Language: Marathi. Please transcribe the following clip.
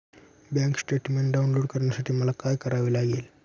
बँक स्टेटमेन्ट डाउनलोड करण्यासाठी मला काय करावे लागेल?